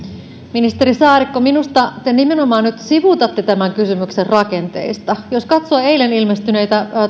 ministeri saarikko minusta te nimenomaan nyt sivuutatte tämän kysymyksen rakenteista jos katsoo eilen ilmestynyttä